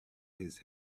his